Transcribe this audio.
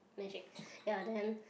magic ya then